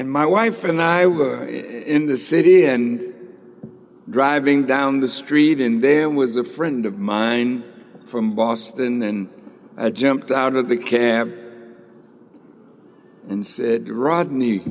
and my wife and i were in the city and driving down the street in there was a friend of mine from boston and i jumped out of the care and said rodney